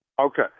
Okay